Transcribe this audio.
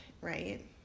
right